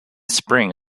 spring